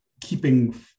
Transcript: keeping